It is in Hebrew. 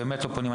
באמת לא פונים,